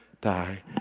die